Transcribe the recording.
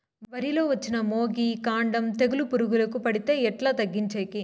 వరి లో వచ్చిన మొగి, కాండం తెలుసు పురుగుకు పడితే ఎట్లా తగ్గించేకి?